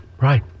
Right